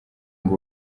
ngo